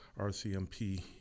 RCMP